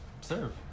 serve